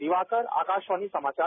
दिवाकर आकाशवाणी समाचार